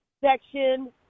section